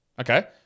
Okay